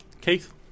Keith